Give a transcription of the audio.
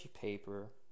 paper